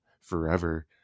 forever